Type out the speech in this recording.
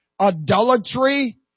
adultery